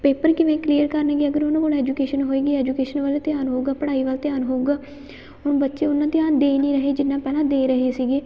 paper ਕਿਵੇਂ clear ਕਰਨਗੇ ਅਗਰ ਉਹਨਾਂ ਕੋਲ ਐਜੂਕੇਸ਼ਨ ਹੋਏਗੀ ਐਜੂਕੇਸ਼ਨ ਵੱਲ ਧਿਆਨ ਹੋਊਗਾ ਪੜ੍ਹਾਈ ਵੱਲ ਧਿਆਨ ਹੋਊਗਾ ਹੁਣ ਬੱਚੇ ਉਨਾ ਧਿਆਨ ਦੇ ਨਹੀਂ ਰਹੇ ਜਿੰਨਾ ਪਹਿਲਾਂ ਦੇ ਰਹੇ ਸੀਗੇ